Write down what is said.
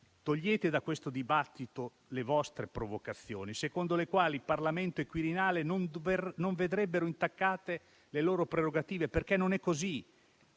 sgomberare questo dibattito dalle vostre provocazioni, secondo le quali il Parlamento e il Quirinale non vedrebbero intaccate le loro prerogative, perché non è così.